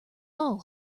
all